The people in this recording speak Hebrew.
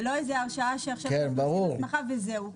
זה לא איזה הרשאה שעכשיו נותנים הסמכה וזהו.